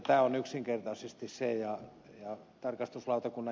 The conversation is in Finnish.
tämä on yksinkertaisesti tilanne